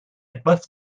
etwas